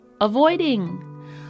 avoiding